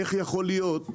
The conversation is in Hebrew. איך יכול להיות,